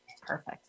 Perfect